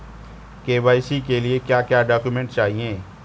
KYC के लिए क्या क्या डॉक्यूमेंट चाहिए?